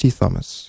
Thomas